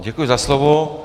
Děkuji za slovo.